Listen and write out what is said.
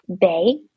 bay